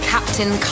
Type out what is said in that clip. Captain